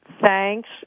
thanks